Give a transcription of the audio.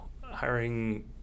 hiring